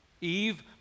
Eve